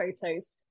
photos